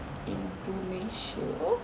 indonesia